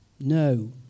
No